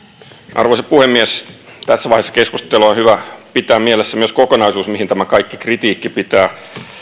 arvoisa puhemies tässä vaiheessa keskustelua on hyvä pitää mielessä myös kokonaisuus mihin tämä kaikki kritiikki pitää